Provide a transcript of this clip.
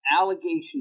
allegation